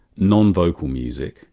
non-vocal music,